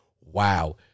wow